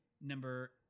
number